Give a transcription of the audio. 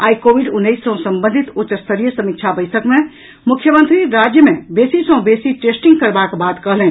आइ Covid उन्नैस सै संबंधित उच्च स्तरीय समीक्षा बैसक मे मुख्यमंत्री राज्य मे बेसी सॅ बेसी टेस्टिंग करबाक बात कहलनि